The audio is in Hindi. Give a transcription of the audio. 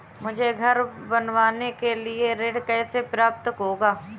मुझे घर बनवाने के लिए ऋण कैसे प्राप्त होगा?